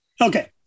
Okay